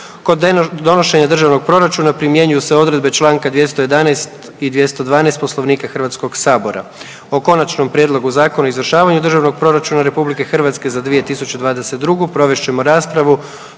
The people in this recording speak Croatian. Kod donošenja državnog proračuna primjenjuju se odredbe Članka 211. i 212. Poslovnika Hrvatskog sabora. O Konačnom prijedlogu Zakona o izvršavanju Državnog proračuna RH za 2022. provest ćemo raspravu